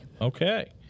Okay